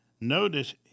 notice